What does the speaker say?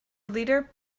leader